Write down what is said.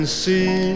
see